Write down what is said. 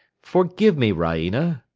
forgive me, raina.